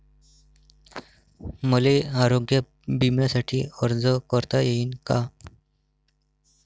मले आरोग्य बिम्यासाठी अर्ज करता येईन का?